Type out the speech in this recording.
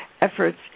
efforts